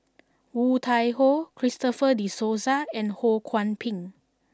Woon Tai Ho Christopher De Souza and Ho Kwon Ping